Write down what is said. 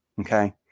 okay